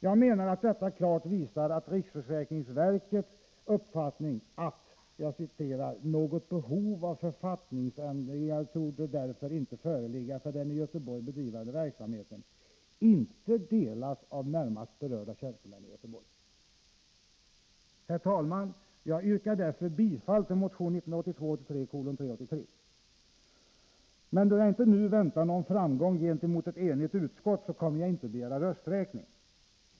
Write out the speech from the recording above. Jag menar att detta klart visar att riksförsäkringsverkets uppfattning att ”något behov av författningsändringar torde därför inte föreligga för den i Göteborg bedrivna verksamheten” inte delas av närmast berörda tjänstemän i Göteborg. Herr talman! Jag yrkar därför bifall till motion 1982/83:383. Då jag inte nu väntar någon framgång gentemot ett enigt utskott kommer jag inte att begära rösträkning.